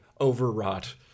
overwrought